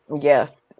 Yes